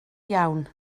iawn